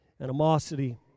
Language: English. animosity